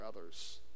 others